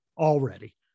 Already